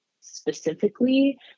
specifically